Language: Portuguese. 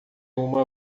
uma